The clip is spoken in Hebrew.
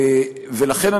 ולכן,